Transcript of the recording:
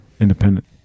independent